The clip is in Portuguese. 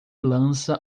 lança